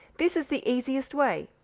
this is the easiest way.